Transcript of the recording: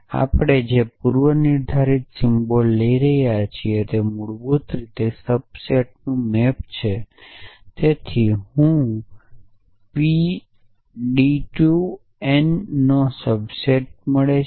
તેથી આપણે જે પૂર્વનિર્ધારિત સિમ્બોલ લઈ રહ્યા છીએ તે મૂળભૂત રીતે સબસેટનો મેપ છે તેથી p હું ડી ટુ એન નો સબસેટ છે